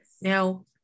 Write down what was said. Now